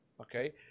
okay